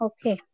Okay